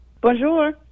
Bonjour